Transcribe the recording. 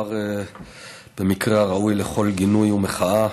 מדובר במקרה הראוי לכל גינוי ומחאה.